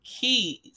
Keys